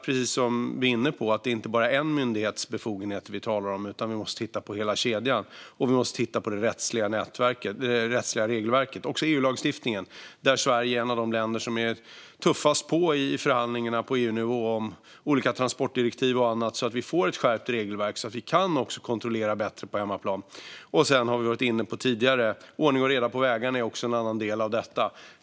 Precis som vi var inne på är det inte bara en myndighets befogenheter vi talar om, utan vi måste titta på hela kedjan, och vi måste titta på det rättsliga regelverket. Det gäller också EU-lagstiftningen där Sverige är ett av de länder som är tuffast i förhandlingarna på EU-nivå om olika transportdirektiv och annat så att vi får ett skärpt regelverk så att vi kan kontrollera bättre på hemmaplan. Sedan har vi tidigare varit inne på att ordning och reda på vägarna också är en del av detta.